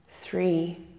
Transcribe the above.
three